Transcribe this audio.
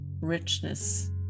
richness